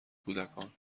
کودکان